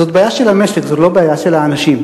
זו בעיה של המשק, זו לא בעיה של האנשים.